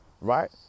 right